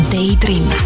Daydream